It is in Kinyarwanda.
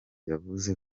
yavuze